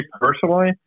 personally